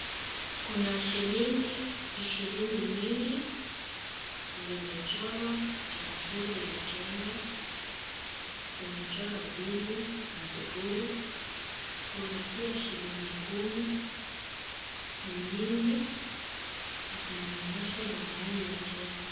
Kuna shilingi ishirini nyingi, zimechorwa jamhuri ya Kenya, zimechorwa mbili na sufuri, kuna pia shilingi kumi, ni nyingi zinaonyesha jamhuri ya Kenya.